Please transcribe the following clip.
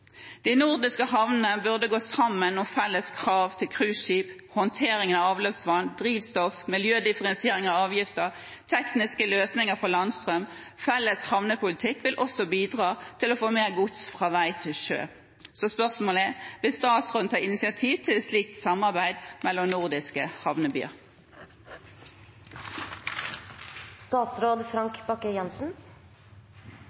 De nordiske havnene burde gå sammen om felles krav til cruiseskip, håndtering av avløpsvann, drivstoff, miljødifferensiering av avgifter og tekniske løsninger for landstrøm. Felles havnepolitikk vil også bidra til å få mer gods fra vei til sjø. Så spørsmålet er: Vil statsråden ta initiativ til et slikt samarbeid mellom nordiske havnebyer?